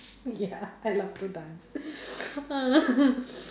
ya I love to dance